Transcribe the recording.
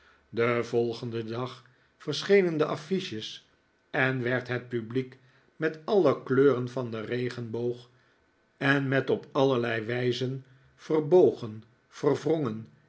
den volgenden dag verschenen de affiches en werd het publiek met alle kleuren van den regenboog en met op allerlei wijzen verbogen verwrongen